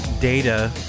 Data